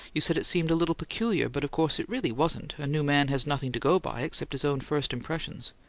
you said it seemed a little peculiar, but of course it really wasn't a new man has nothing to go by, except his own first impressions.